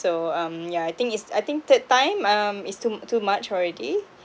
so um yeah I think it's I think third time um is too too much already